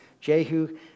Jehu